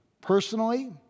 Personally